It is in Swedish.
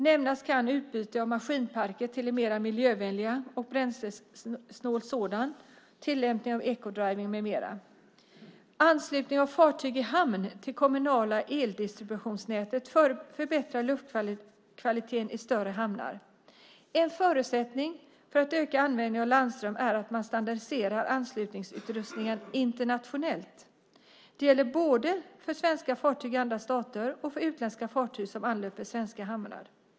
Nämnas kan utbyte av maskinparken till en mer miljövänlig och bränslesnål sådan, tillämpningen av ecodriving med mera. Anslutning av fartyg i hamn till kommunala eldistributionsnät förbättrar luftkvaliteten i större hamnar. En förutsättning för att öka användningen av landström är att man standardiserar anslutningsutrustningen internationellt. Det gäller både för svenska fartyg i andra stater och för utländska fartyg som anlöper svenska hamnar.